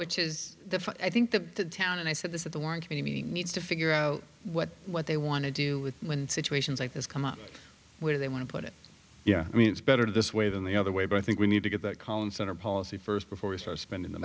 which is the i think the town and i said this at the warren commission needs to figure out what what they want to do with when situations like this come up where they want to put it yeah i mean it's better this way than the other way but i think we need to get that calm sort of policy first before we start spending the